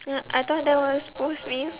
uh I thought that was post meal